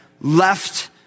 left